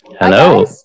Hello